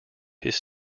his